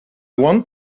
want